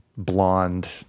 blonde